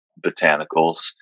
botanicals